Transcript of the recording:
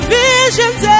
visions